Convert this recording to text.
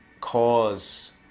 cause